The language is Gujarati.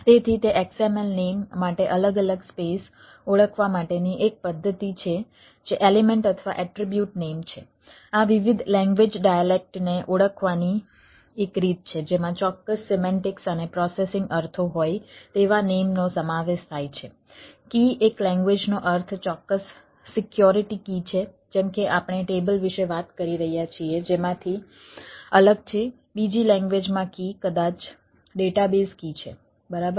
તેથી તે XML નેમ માટે અલગ અલગ સ્પેસ ઓળખવા માટેની એક પદ્ધતિ છે જે એલિમેન્ટ અથવા એટ્રિબ્યુટ છે જેમ કે આપણે ટેબલ વિશે વાત કરી રહ્યા છીએ જેમાંથી અલગ છે બીજી લેંગ્વેજમાં કી કદાચ ડેટાબેઝ કી છે બરાબર